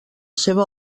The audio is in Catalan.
seva